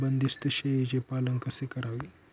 बंदिस्त शेळीचे पालन कसे करावे?